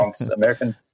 American